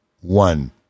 one